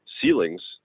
ceilings